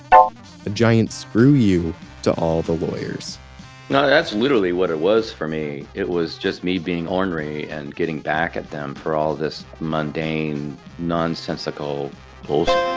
giant screw you to all the lawyers no that's literally what it was. for me it was just me being ornery and getting back at them for all this mundane nonsensical bullshit